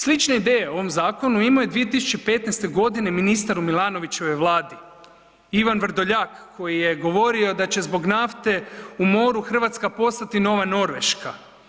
Slične ideje o ovom zakonu imao je 2015. godine ministar u Milanovićevoj vladi, Ivan Vrdoljak koji je govorio da će zbog nafte u moru Hrvatska postati nova Norveška.